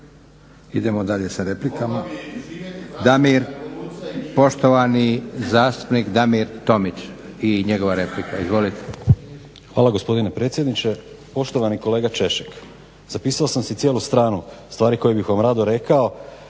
Idemo dalje sa replikama. Poštovani zastupnik Damir Tomić i njegova replika. Izvolite. **Tomić, Damir (SDP)** Hvala gospodine predsjedniče. Poštovani kolega Češek zapisao sam si cijelu stranu stvari koje bih vam rado rekao